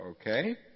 okay